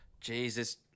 Jesus